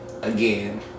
again